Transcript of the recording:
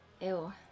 ew